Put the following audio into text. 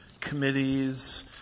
committees